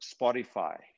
Spotify